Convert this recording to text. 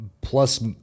plus